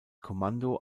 kommando